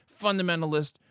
fundamentalist